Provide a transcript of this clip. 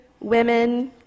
women